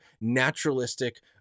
naturalistic